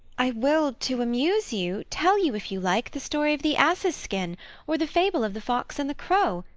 i will, to amuse you, tell you, if you like, the story of the ass's skin or the fable of the fox and the crow,